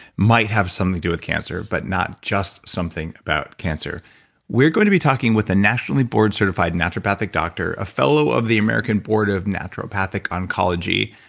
might have something to do with cancer, but not just something about cancer we're going to be talking with a nationally board certified naturopathic doctor, a fellow of the american board of naturopathic oncology,